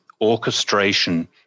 orchestration